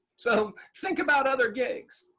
so think about other gigs.